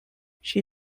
she